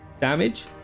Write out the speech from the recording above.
damage